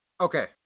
Okay